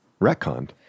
Retconned